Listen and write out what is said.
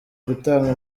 gutanga